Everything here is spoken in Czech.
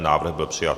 Návrh byl přijat.